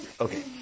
Okay